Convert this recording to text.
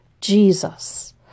Jesus